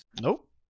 Nope